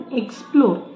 explore